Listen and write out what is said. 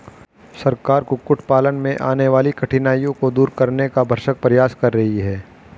सरकार कुक्कुट पालन में आने वाली कठिनाइयों को दूर करने का भरसक प्रयास कर रही है